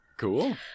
Cool